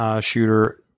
shooter